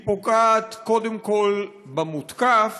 היא פוגעת, קודם כול, במותקף,